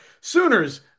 Sooners